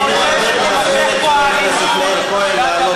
הוא מלבה פה אלימות, אני רוצה זכות לדבר.